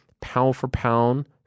pound-for-pound